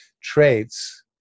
traits